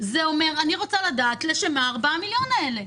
אני רוצה לדעת לשם מה 4 מיליון השקלים האלה.